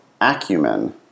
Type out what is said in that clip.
acumen